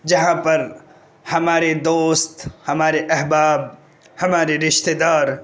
جہاں پر ہمارے دوست ہمارے احباب ہمارے رشتہ دار